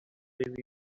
leave